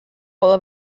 all